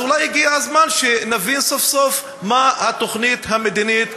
אז אולי הגיע הזמן שנבין סוף-סוף מה התוכנית המדינית,